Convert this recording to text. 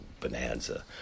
Bonanza